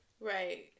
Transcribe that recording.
Right